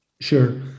Sure